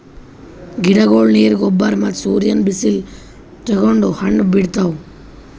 ಗಿಡಗೊಳ್ ನೀರ್, ಗೊಬ್ಬರ್ ಮತ್ತ್ ಸೂರ್ಯನ್ ಬಿಸಿಲ್ ತಗೊಂಡ್ ಹಣ್ಣ್ ಬಿಡ್ತಾವ್